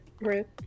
right